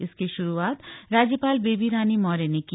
इसकी शुरुआत राज्यपाल बेबी रानी मौर्य ने की